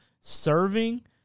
Serving